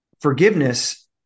forgiveness